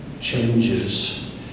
changes